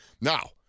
now